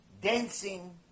dancing